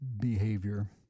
behavior